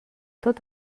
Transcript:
tot